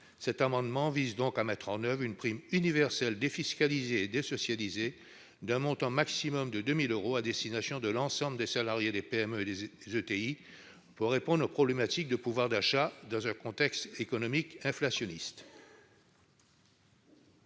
Cet amendement vise donc à mettre en oeuvre une prime universelle, défiscalisée et désocialisée, d'un montant maximum de 2 000 euros, à destination de l'ensemble des salariés des PME et des ETI, pour répondre aux problématiques de pouvoir d'achat dans un contexte économique inflationniste.